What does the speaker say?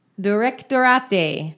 directorate